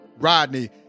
Rodney